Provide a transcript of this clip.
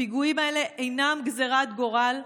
הפיגועים האלה אינם גזרת גורל,